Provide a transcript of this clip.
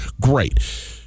Great